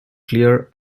clear